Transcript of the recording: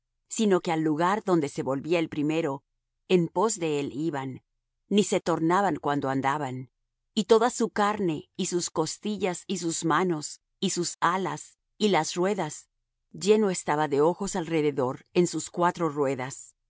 sino que al lugar adonde se volvía el primero en pos de él iban ni se tornaban cuando andaban y toda su carne y sus costillas y sus manos y sus alas y las ruedas lleno estaba de ojos alrededor en sus cuatro ruedas